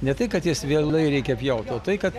ne tai kad jas vėlai reikia pjaut o tai kad